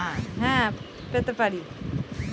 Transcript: Pump set machine কেনার জন্য কি সরকারি অনুদান পেতে পারি?